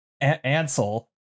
Ansel